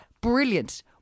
Brilliant